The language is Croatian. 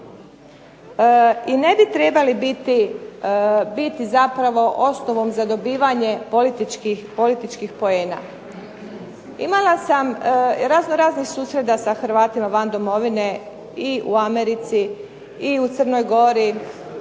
i ne bi trebali biti zapravo osnovom za dobivanje političkih poena. Imala sam razno raznih susreta sa Hrvatima van domovine i u Americi i u Crnoj Gori.